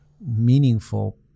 meaningful